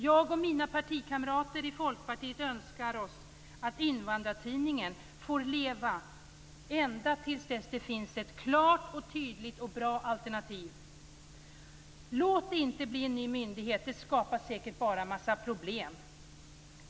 Jag och mina partikamrater i Folkpartiet önskar oss att Invandrartidningen får leva ända till dess att det finns ett klart, tydligt och bra alternativ. Låt det inte bli någon ny myndighet! Det skapar säkert bara en massa problem.